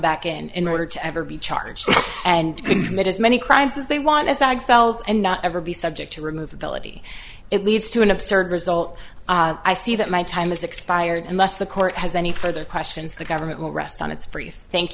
back in order to ever be charged and commit as many crimes as they want to sag fell's and not ever be subject to remove ability it leads to an absurd result i see that my time is expired unless the court has any further questions the government will rest on its brief thank